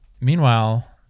Meanwhile